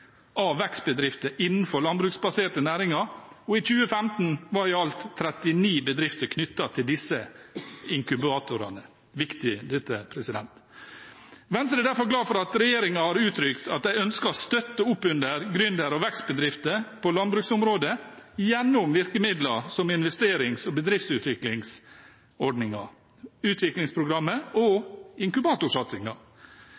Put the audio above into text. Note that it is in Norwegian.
av vekstbedrifter innenfor landbruksbaserte næringer, og i 2015 var i alt 39 bedrifter knyttet til disse inkubatorene. Dette er viktig. Venstre er derfor glad for at regjeringen har uttrykt at de ønsker å støtte opp under gründer- og vekstbedrifter på landbruksområdet gjennom virkemidler som investerings- og bedriftsutviklingsordningen, utviklingsprogrammet